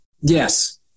Yes